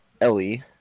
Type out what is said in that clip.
Ellie